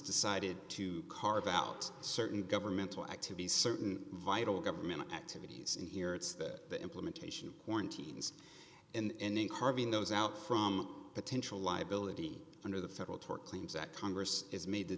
decided to carve out certain governmental act to be certain vital government activities in here it's that the implementation quarantines and in carving those out from potential liability under the federal tort claims that congress has made the